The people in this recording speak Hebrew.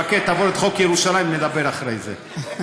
חכה, תעבור את חוק ירושלים, נדבר אחרי זה.